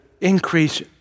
increase